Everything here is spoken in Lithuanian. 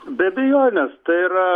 be abejonės tai yra